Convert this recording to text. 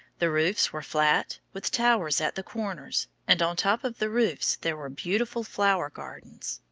the roofs were flat, with towers at the corners, and on top of the roofs there were beautiful flower gardens.